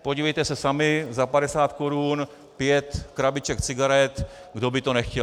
Podívejte se sami, za 50 korun pět krabiček cigaret, kdo z kuřáků by to nechtěl.